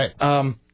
Right